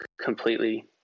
completely